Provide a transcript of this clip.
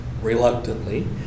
reluctantly